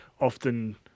often